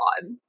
god